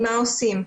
מה עושים?